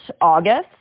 August